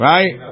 Right